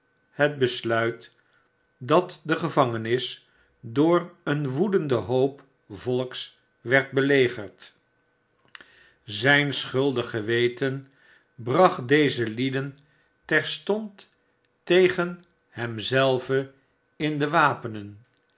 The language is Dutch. het beshut dat de gevangenis door een woedenden hoop volks werd belegerd zijn schuldig geweten bracht deze lieden terstond tegen hem zelven in de wapenen